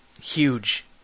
huge